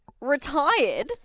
retired